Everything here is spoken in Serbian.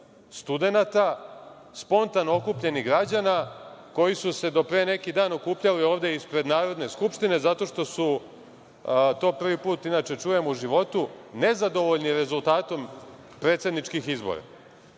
studenata spontano okupljenih građana koji su se do pre neki dan okupljali ovde ispred Narodne skupštine zato što su, to prvi put inače čujem u životu, nezadovoljni rezultatom predsedničkih izbora. Dakle,